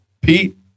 Pete